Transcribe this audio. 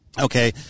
Okay